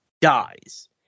dies